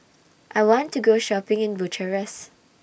I want to Go Shopping in Bucharest